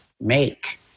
make